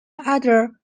other